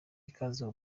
ikaze